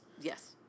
Yes